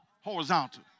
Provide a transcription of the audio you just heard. Horizontal